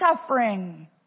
suffering